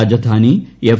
Rajdhani F